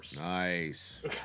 Nice